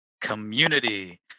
community